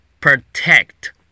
Protect